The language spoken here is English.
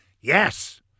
Yes